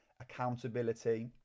accountability